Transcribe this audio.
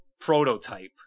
Prototype